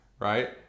Right